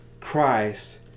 Christ